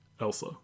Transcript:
Elsa